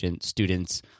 students